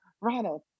Ronald